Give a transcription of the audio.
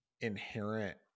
inherent